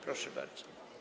Proszę bardzo.